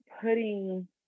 putting